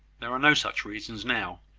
there are no such reasons now.